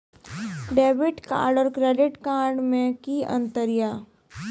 Debit card और credit card मे कि अंतर या?